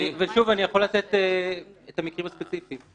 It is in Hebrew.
שוב, אני יכול לתת את המקרים הספציפיים.